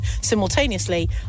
simultaneously